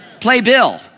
Playbill